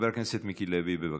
חבר הכנסת מיקי לוי, בבקשה.